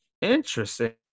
Interesting